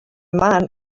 man